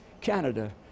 Canada